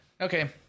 Okay